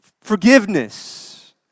Forgiveness